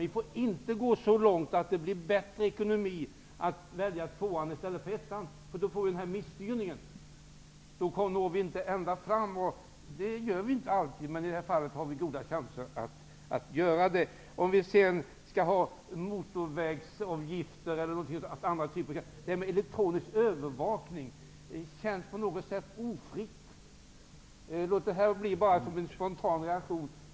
Vi får inte gå så långt att det innebär bättre ekonomi att välja klass 2 i stället för klass 1. Då får vi denna misstyrning. Då når vi inte ända fram. Det gör vi inte alltid, men i det här fallet har vi goda chanser att göra det. Elektronisk övervakning känns på något sätt ofritt. Låt detta bara bli en spontan reaktion.